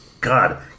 God